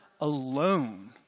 alone